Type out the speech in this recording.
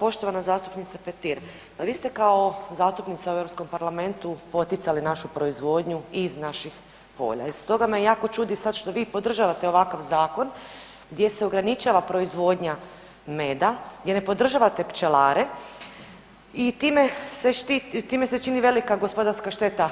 Poštovana zastupnice Petir, pa vi ste kao zastupnica u Europskom parlamentu poticali našu proizvodnju iz naših polja i stoga me jako čudi sad što vi podržavate ovakav zakon gdje se ograničava proizvodnja meda, gdje ne podržavate pčelare i time se štiti, time se čini velika gospodarska šteta